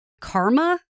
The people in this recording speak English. karma